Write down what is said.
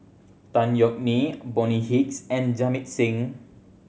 Tan Yeok Nee Bonny Hicks and Jamit Singh